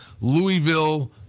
Louisville